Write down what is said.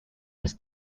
als